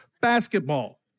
basketball